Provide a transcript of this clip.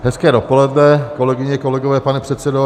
Hezké dopoledne, kolegyně, kolegové, pane předsedo.